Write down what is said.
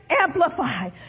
amplify